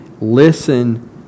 listen